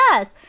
Yes